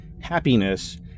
happiness